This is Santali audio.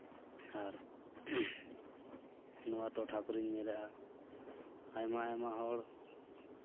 ᱟᱨ ᱱᱚᱣᱟ ᱴᱚᱴᱷᱟ ᱠᱚᱨᱤᱧ ᱧᱮᱞᱮᱫᱼᱟ ᱟᱭᱢᱟ ᱟᱭᱢᱟ ᱦᱚᱲ